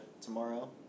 tomorrow